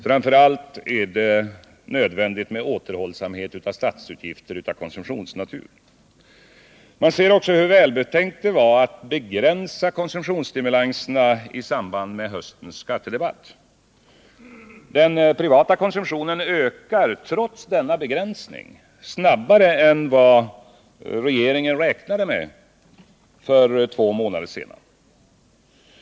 Framför allt är det nödvändigt med återhållsamhet med statsutgifter av konsumtionsnatur. Man ser också hur välbetänkt det var att begränsa konsumtionsstimulanserna i samband med höstens skattebeslut. Den privata konsumtionen ökar trots denna begränsning snabbare än vad regeringen räknade med för två månader sedan.